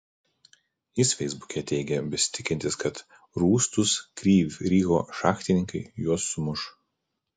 jis feisbuke teigė besitikintis kad rūstūs kryvyj riho šachtininkai juos sumuš